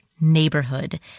neighborhood